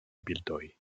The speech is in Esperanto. bildoj